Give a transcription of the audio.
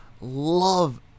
love